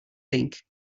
think